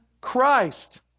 Christ